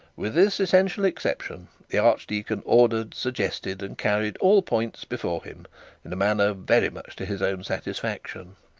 with this essential exception, the archdeacon ordered, suggested, and carried all points before him in a manner very much to his own satisfaction.